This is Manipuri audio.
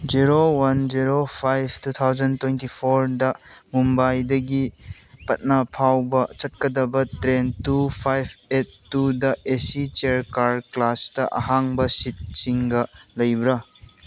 zero one zero five two thousand twenty ꯐꯣꯔꯗ ꯃꯨꯝꯕꯥꯏꯗꯒꯤ ꯄꯠꯅꯥ ꯐꯥꯎꯕ ꯆꯠꯀꯗꯕ ꯇ꯭ꯔꯦꯟ ꯇꯨ ꯐꯥꯏꯚ ꯑꯩꯠ ꯇꯨꯗ ꯑꯦ ꯁꯤ ꯆꯤꯌꯥꯔ ꯀꯥꯔ ꯀ꯭ꯂꯥꯁꯇ ꯑꯍꯥꯡꯕ ꯁꯤꯠꯁꯤꯡꯒ ꯂꯩꯕ꯭ꯔ